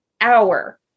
hour